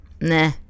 Nah